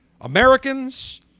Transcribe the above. Americans